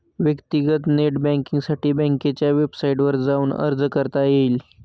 व्यक्तीगत नेट बँकींगसाठी बँकेच्या वेबसाईटवर जाऊन अर्ज करता येईल